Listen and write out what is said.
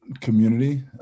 community